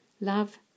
Love